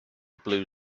blue